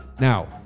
Now